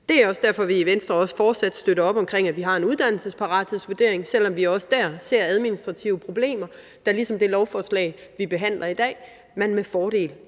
Det er også derfor, vi i Venstre fortsat støtter op om, at vi har en uddannelsesparathedsvurdering, selv om vi også der ser administrative problemer, som man – ligesom det er tilfældet med det lovforslag, vi behandler i dag – med fordel